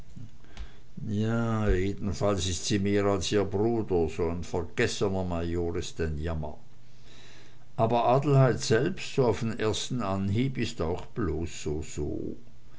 na jedenfalls ist sie mehr als ihr bruder so n vergessener major is ein jammer aber adelheid selbst so auf n ersten anhieb is auch bloß soso wir